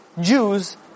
Jews